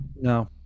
no